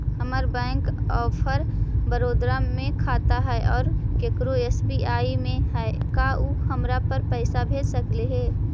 हमर bank of Baroda में खाता है और केकरो एस.बी.आई में है का उ हमरा पर पैसा भेज सकले हे?